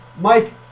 Mike